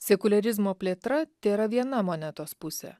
sekuliarizmo plėtra tėra viena monetos pusė